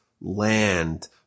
land